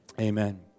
Amen